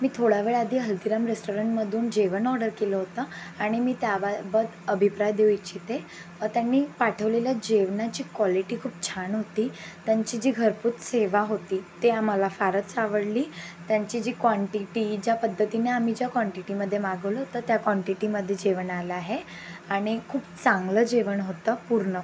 मी थोडा वेळ आधी हल्दीराम रेस्टॉरणमधून जेवण ऑर्डर केलं होतं आणि मी त्याबाबत अभिप्राय देऊ इच्छिते त्यांनी पाठवलेलं जेवणाची कॉलिटी खूप छान होती त्यांची जी घरपोच सेवा होती ते आम्हाला फारच आवडली त्यांची जी क्वांटीटी ज्या पद्धतीने आम्ही ज्या क्वांटीटीमध्ये मागवलं होतं त्या क्वांटीटीमध्ये जेवण आलं आहे आणि खूप चांगलं जेवण होतं पूर्ण